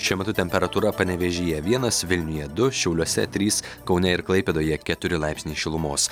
šiuo metu temperatūra panevėžyje vienas vilniuje du šiauliuose trys kaune ir klaipėdoje keturi laipsniai šilumos